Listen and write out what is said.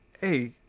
hey